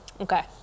Okay